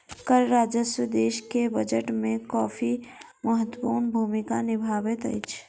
कर राजस्व देश के बजट में काफी महत्वपूर्ण भूमिका निभबैत अछि